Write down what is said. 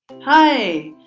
hi,